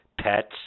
Pets